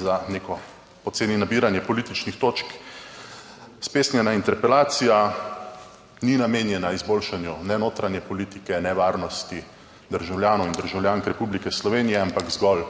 za neko poceni nabiranje političnih točk spesnjena interpelacija ni namenjena izboljšanju ne notranje politik ne varnosti državljanov in državljank Republike Slovenije, ampak zgolj